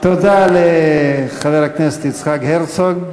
תודה לחבר הכנסת יצחק הרצוג.